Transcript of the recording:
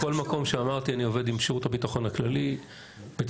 כל מקום אמרתי אני עובד עם שירות הביטחון הכללי אבל